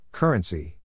Currency